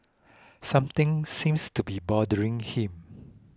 something seems to be bothering him